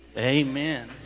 Amen